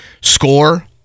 score